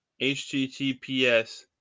HTTPS